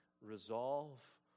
resolve